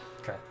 Okay